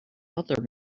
other